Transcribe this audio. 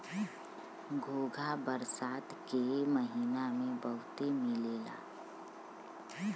घोंघा बरसात के महिना में बहुते मिलला